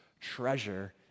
treasure